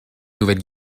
nouvelle